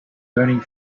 burning